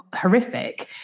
horrific